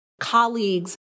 colleagues